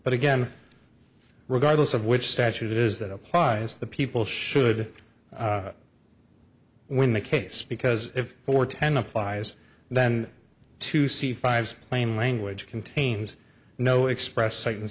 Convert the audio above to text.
but again regardless of which statute it is that applies the people should win the case because if four ten applies then to see five plain language contains no express s